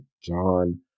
John